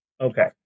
Okay